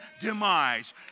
demise